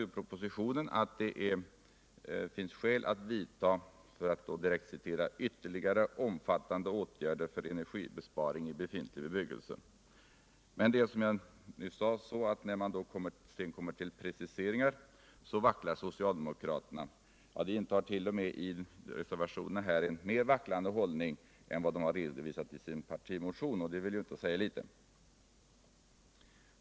Ur propositionen har vi citerat att det finns skäl att vidta "ytterligare omfattande åtgärder” för energibesparing i befintlig bebyggelse. Men när man sedan, som Jag nyss sade, kommer till preciseringar vacklar socialdemokraterna. I reservationerna intar de t.o.m. en mer vacklande hållning än de redovisat i sin partimotion, och det vill inte säga litet.